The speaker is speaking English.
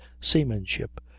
seamanship